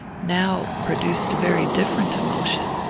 now produced a very different emotion.